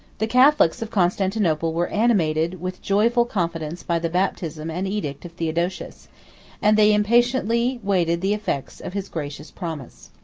the catholics of constantinople were animated with joyful confidence by the baptism and edict of theodosius and they impatiently waited the effects of his gracious promise.